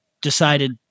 decided